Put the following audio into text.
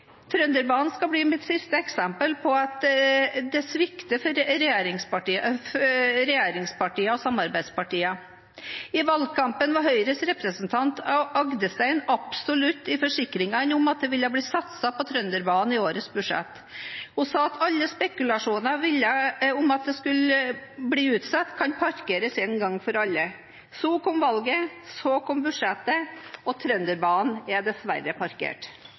Trønderbanen skal bli mitt siste eksempel på at det svikter fra regjeringspartiene og samarbeidspartienes side. I valgkampen var Høyres representant Agdestein absolutt i sine forsikringer om at det ville bli satset på Trønderbanen i årets budsjett. Hun sa at alle spekulasjoner om at det skulle bli utsatt, kunne parkeres en gang for alle. Så kom valget, så kom budsjettet, og Trønderbanen er dessverre parkert.